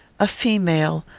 a female,